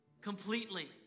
completely